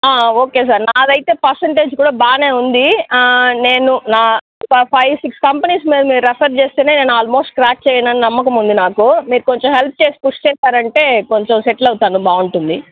okay sir నాదైతే percentage కూడ బాగానే ఉంది నేను నా ఫైవ్ సిక్స్ కంపెనీస్ మీరు రిఫర్ చేస్తేనే నేను ఆల్మోస్ట్ క్రాక్ చేయనన్న నమ్మకం ఉంది నాకు మీరు కొంచెం హెల్ప్ చేసి పుష్ చేశారంటే కొంచెం సెటిల్ అవుతాను బాగుంటుంది